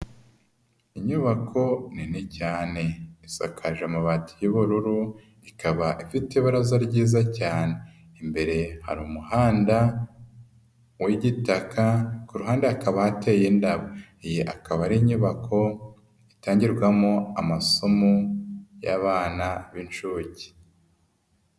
Inyubako nini cyane, isakaje amabati y'ubururu, ikaba ifite ibaraza ryiza cyane, imbere hari umuhanda w'igitaka, ku ruhande hakaba hateye indabo, iyi akaba ari inyubako itangirwamo amasomo y'abana b'inshuke.